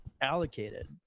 allocated